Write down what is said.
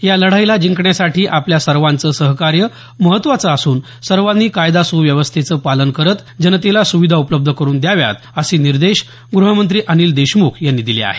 या लढाईला जिंकण्यासाठी आपल्या सर्वांचं सहकार्य महत्त्वाचं असून सर्वांनी कायदा सुव्यवस्थेचं पालन करत जनतेला सुविधा उपलब्ध करून द्याव्यात असे निर्देश ग्रहमंत्री अनिल देशमुख यांनी दिले आहेत